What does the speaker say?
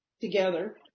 together